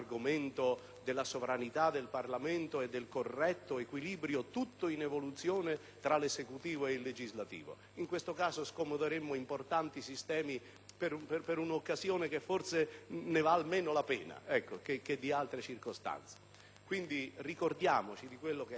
della sovranità del Parlamento e del corretto equilibro, tutto in evoluzione, tra l'esecutivo e il legislativo. In questo caso, scomoderemmo importanti sistemi per un'occasione che, forse, vale meno la pena di altre circostanze. Ricordiamoci del clima,